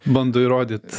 bando įrodyt